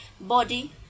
body